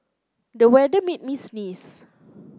the weather made me sneeze